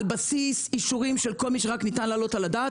על בסיס אישורים של כל מי שרק ניתן להעלות על הדעת,